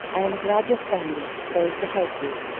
i am glad your friend is disposed to help you,